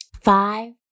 Five